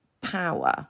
power